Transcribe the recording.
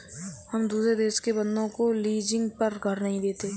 हम दुसरे देश के बन्दों को लीजिंग पर घर नहीं देते